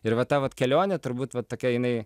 ir va ta vat kelionė turbūt vat tokia jinai